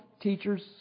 teachers